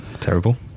terrible